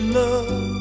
love